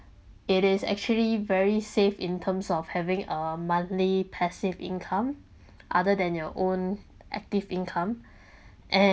it is actually very safe in terms of having a monthly passive income other than your own active income and